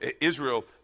Israel